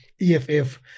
EFF